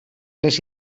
les